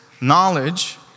knowledge